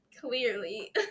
Clearly